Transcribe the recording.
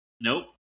Nope